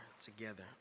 together